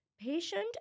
patient